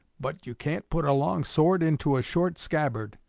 but you can't put a long sword into a short scabbard.